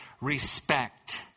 respect